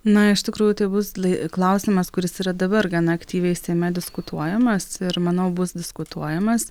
na iš tikrųjų tai bus lai klausimas kuris yra dabar gana aktyviai seime diskutuojamas ir manau bus diskutuojamas